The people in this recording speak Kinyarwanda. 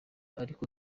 ariko